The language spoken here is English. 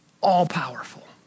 all-powerful